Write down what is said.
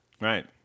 Right